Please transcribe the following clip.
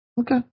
Okay